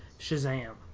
Shazam